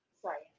sorry